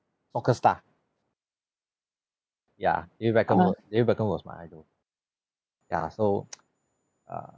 soccer star ya david beckham were david beckham was my idol ya so uh